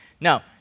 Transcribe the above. Now